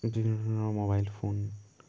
বিভিন্ন ধৰণৰ mobile phone